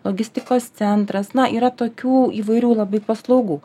logistikos centras na yra tokių įvairių labai paslaugų